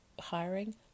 hiring